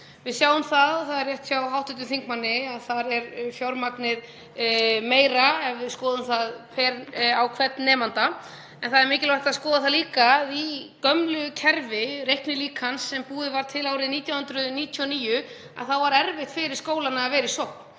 Við sjáum, og það er rétt hjá hv. þingmanni, að þar er fjármagnið meira ef við skoðum það á hvern nemanda en það er mikilvægt að skoða það líka í gömlu kerfi reiknilíkans sem búið var til árið 1999. Þá var erfitt fyrir skólana að vera í sókn,